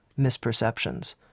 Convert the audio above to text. misperceptions